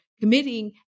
committing